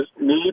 need